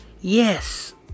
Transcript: Yes